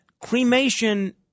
cremation